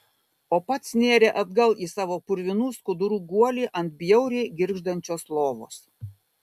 o pats nėrė atgal į savo purvinų skudurų guolį ant bjauriai girgždančios lovos